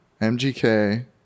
MGK